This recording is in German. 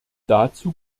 dazu